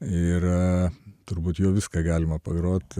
ir turbūt jau viską galima pagrot